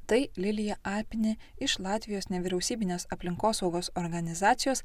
tai lilija apini iš latvijos nevyriausybinės aplinkosaugos organizacijos